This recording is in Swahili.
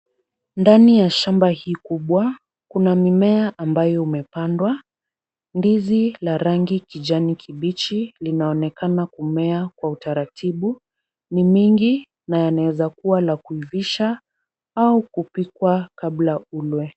Ndani ya shamba hii kubwa kuna mimea ambayo umepandwa. Ndizi la rangi kijani kibichi linaonekana kumea kwa utaratibu. Ni mingi na yanawezakuwa la kuivisha au kupikwa kabla ulwe.